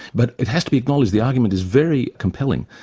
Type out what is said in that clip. but it has to be acknowledged the argument is very compelling,